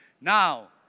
Now